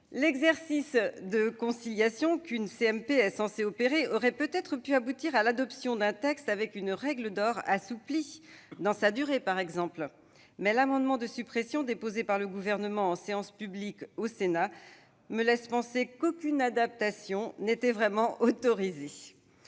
L'exercice de conciliation qu'une commission mixte paritaire est censée opérer aurait peut-être pu aboutir à l'adoption d'un texte avec une règle d'or assouplie dans sa durée, par exemple, mais l'amendement de suppression déposé par le Gouvernement en séance publique au Sénat me laisse penser qu'aucune adaptation n'était vraiment autorisée.